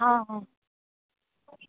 हा हा